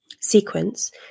sequence